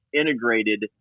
integrated